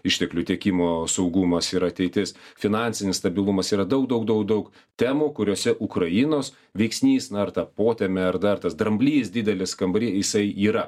išteklių tiekimo saugumas ir ateitis finansinis stabilumas yra daug daug daug temų kuriose ukrainos veiksnys na ar ta potemė ar dar tas dramblys didelis kambary jisai yra